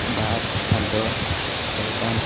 বাট সান্দহ জলপান